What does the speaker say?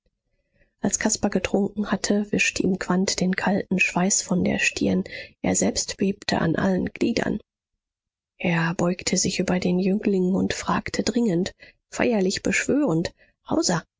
als caspar getrunken hatte wischte ihm quandt den kalten schweiß von der stirn er selber bebte an allen gliedern er beugte sich über den jüngling und fragte dringend feierlich beschwörend